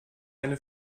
eine